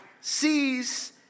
Sees